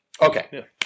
Okay